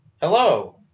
Hello